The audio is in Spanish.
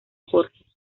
jorge